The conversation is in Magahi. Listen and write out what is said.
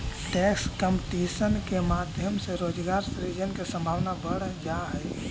टैक्स कंपटीशन के माध्यम से रोजगार सृजन के संभावना बढ़ जा हई